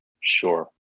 sure